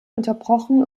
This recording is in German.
unterbrochen